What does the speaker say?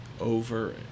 over